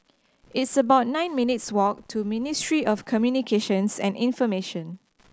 it's about nine minutes' walk to Ministry of Communications and Information